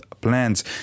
Plans